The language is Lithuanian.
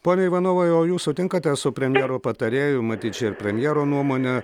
pone ivanovai o jūs sutinkate su premjeru patarėju matyt čia ir premjero nuomone